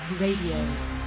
Radio